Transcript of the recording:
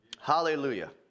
Hallelujah